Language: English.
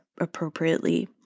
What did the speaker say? appropriately